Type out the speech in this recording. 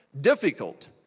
difficult